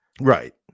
right